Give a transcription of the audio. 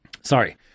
Sorry